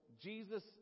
Jesus